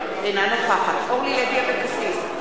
אינה נוכחת אורלי לוי אבקסיס,